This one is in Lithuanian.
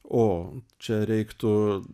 o čia reiktų